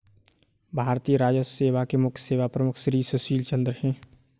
भारतीय राजस्व सेवा के मुख्य सेवा प्रमुख श्री सुशील चंद्र हैं